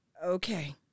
Okay